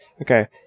Okay